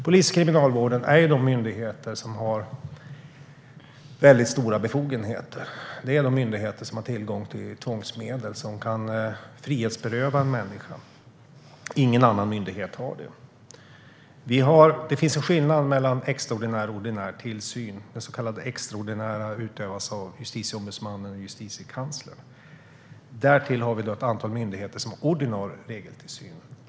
Polisen och Kriminalvården är myndigheter som har stora befogenheter. De är de myndigheter som har tillgång till tvångsmedel och som kan frihetsberöva en människa. Ingen annan myndighet har det. Det finns en skillnad mellan extraordinär och ordinär tillsyn. Den så kallade extraordinära tillsynen utövas av Justitieombudsmannen och Justitiekanslern. Därtill har vi ett antal myndigheter som har ordinarie regeltillsyn.